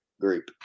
group